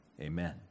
Amen